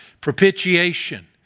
propitiation